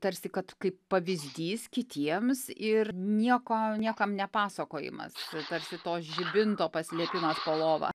tarsi kad kaip pavyzdys kitiems ir nieko niekam ne pasakojimas tarsi to žibinto paslėpimas po lova